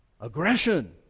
Aggression